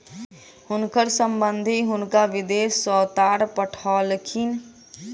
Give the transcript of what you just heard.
हुनकर संबंधि हुनका विदेश सॅ तार पठौलखिन